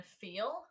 feel